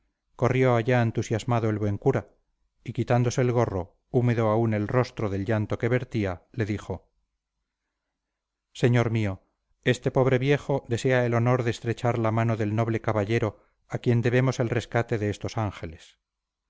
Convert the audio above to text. corrió allá entusiasmado el buen cura y quitándose el gorro húmedo aún el rostro del llanto que vertía le dijo señor mío este pobre viejo desea el honor de estrechar la mano del noble caballero a quien debemos el rescate de estos ángeles